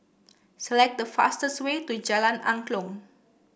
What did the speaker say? select the fastest way to Jalan Angklong